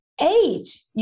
age